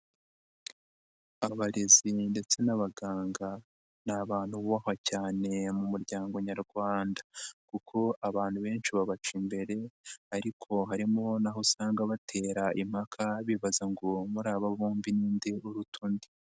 Abarezi ndetse n'abaganga ni abantu bubahwa cyane mu muryango nyarwanda kuko abantu benshi babaca imbere ariko harimo naho usanga batera impaka bibaza ngo muri aba bombi ni nde uruta undi.